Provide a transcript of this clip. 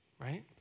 right